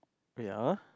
wait ah